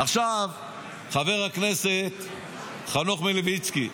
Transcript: חבר הכנסת חנוך מלביצקי,